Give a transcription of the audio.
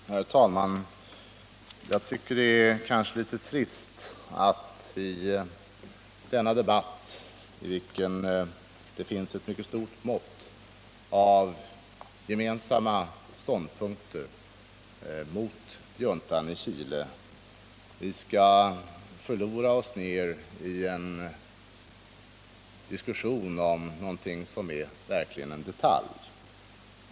Herr talman! Jag tycker det är litet trist att vi i denna debatt, i vilken det finns ett mycket stort mått av gemensamma ståndpunkter mot juntan i Chile, skall förlora oss i en diskussion om någonting som verkligen bara är en detalj.